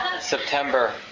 September